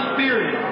Spirit